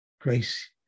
Grace